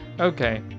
Okay